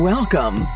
Welcome